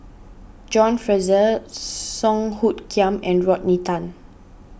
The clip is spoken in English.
John Fraser Song Hoot Kiam and Rodney Tan